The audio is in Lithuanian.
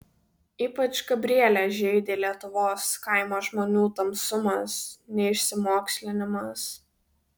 ypač gabrielę žeidė lietuvos kaimo žmonių tamsumas neišsimokslinimas